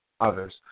others